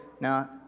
Now